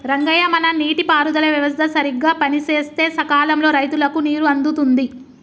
రంగయ్య మన నీటి పారుదల వ్యవస్థ సరిగ్గా పనిసేస్తే సకాలంలో రైతులకు నీరు అందుతుంది